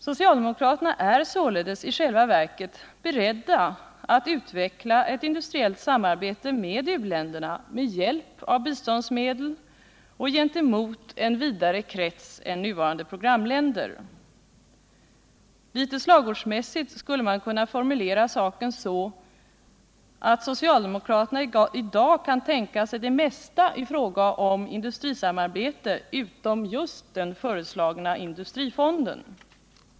Socialdemokraterna är således i själva verket beredda att utveckla ett industriellt samarbete med u-länderna med hjälp av biståndsmedel och gentemot en vidare krets än nuvarande programländer. Litet slagordsmässigt skulle man kunna formulera saken så, att socialdemokraterna i dag kan tänka sig det mesta i fråga om industrisamarbete utom just den föreslagna industrifonden.